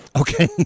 Okay